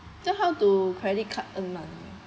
then how to credit card earn money